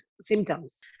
symptoms